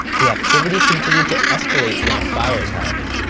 the activity continued to escalate beyond fires, however.